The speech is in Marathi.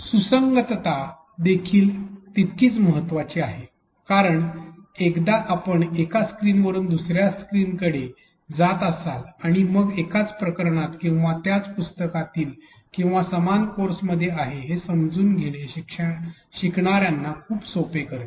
सुसंगतता देखील तितकीच महत्त्वाची आहे कारण एकदा आपण एका स्क्रीनवरून दुसऱ्या स्क्रीनवर जात असाल आणि मग त्या एकाच प्रकरणात किंवा त्याच पुस्तकात किंवा समान कोर्समध्ये आहे हे समजून घेणे शिकणाऱ्यांना खूप सोपे करते